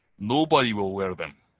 nobody will wear them.